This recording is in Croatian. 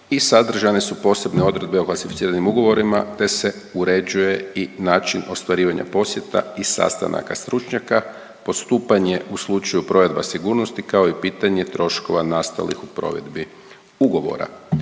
sadržane su posebne odredbe o klasificiranim ugovorima, te se uređuje i način ostvarivanja posjeta i sastanka stručnjaka, postupanje u slučaju provedba sigurnosti, kao i pitanje troškova nastalih u provedbi ugovora.